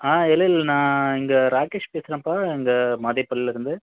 ஆ ஏழில் நான் இங்கே ராகேஷ் பேசுறேன்ப்பா இங்கே மாதேபூர்லருந்து